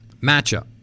matchup